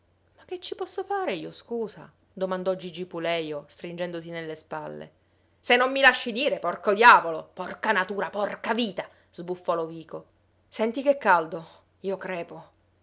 ma che ci posso fare io scusa domandò gigi pulejo stringendosi nelle spalle se non mi lasci dire porco diavolo porca natura porca vita sbuffò lovico senti che caldo io crepo